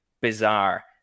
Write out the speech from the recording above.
bizarre